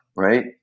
right